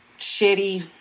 shitty